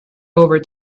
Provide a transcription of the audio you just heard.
over